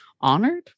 honored